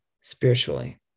spiritually